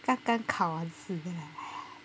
刚刚考完试 then like !haiya!